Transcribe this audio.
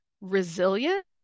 resilient